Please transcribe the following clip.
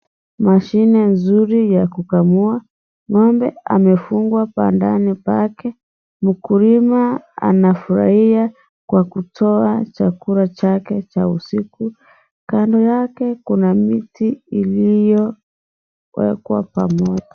Mashine nzuri ya kukamua ng'ombe amefungwa bandani pake mkulima anafurahia kwa kutoa chakula chake cha usiku, kando yake kuna miti iliyowekwa pamoja.